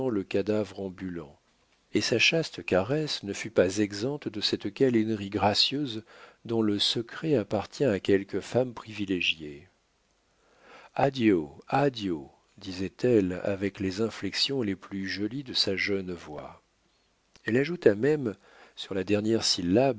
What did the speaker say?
le cadavre ambulant et sa chaste caresse ne fut pas exempte de cette câlinerie gracieuse dont le secret appartient à quelques femmes privilégiées addio addio disait-elle avec les inflexions les plus jolies de sa jeune voix elle ajouta même sur la dernière syllabe